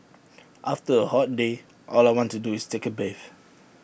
after A hot day all I want to do is take A bathe